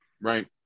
Right